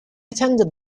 attended